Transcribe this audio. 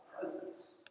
presence